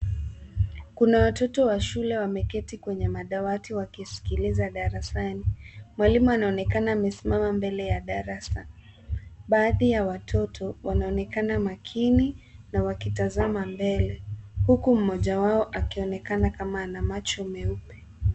Kuna watoto wa shule wameketi kwenye madawati wakiskiliza darasani. mwalimu anaonekana amesimama mbele ya darasa. Baadhi ya watoto wanaonekana makini na wakitazama mbele huku mmoja wao akionekania Kama ana macho meupe .